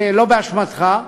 שלא באשמתך,